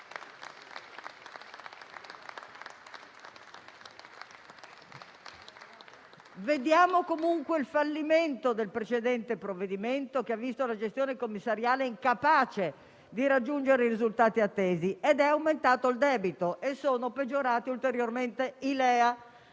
Assistiamo comunque al fallimento del precedente provvedimento, che ha visto l'incapacità della gestione commissariale di raggiungere i risultati attesi. È aumentato il debito e sono peggiorati ulteriormente i LEA.